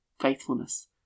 faithfulness